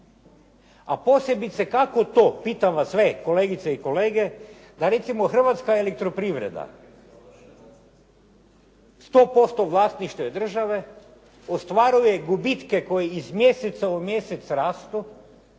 A posebice kako to, pitam vas sve kolegice i kolege, da recimo hrvatska elektroprivreda 100% vlasništvo je države ostvaruje gubitke koji iz mjeseca u mjesec rastu